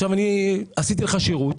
עשיתי לך שירות,